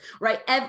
right